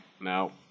No